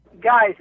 Guys